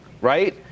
right